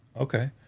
Okay